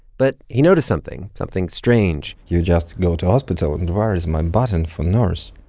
but he noticed something something strange you just go to hospital. and where is my button for nurse?